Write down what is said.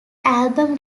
album